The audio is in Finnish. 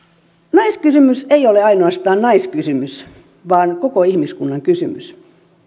naiskysymys ei ole ainoastaan naiskysymys vaan koko ihmiskunnan kysymys